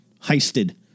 heisted